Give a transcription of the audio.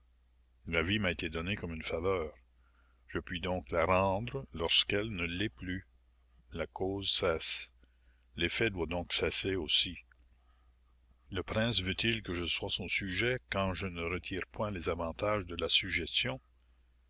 la vie m'a été donnée comme une faveur je puis donc la rendre lorsqu'elle ne l'est plus la cause cesse l'effet doit donc cesser aussi le prince veut-il que je sois son sujet quand je ne retire point les avantages de la